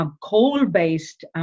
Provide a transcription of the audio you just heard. Coal-based